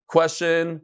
Question